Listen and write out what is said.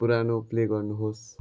पुरानो प्ले गर्नुहोस्